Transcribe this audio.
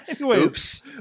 Oops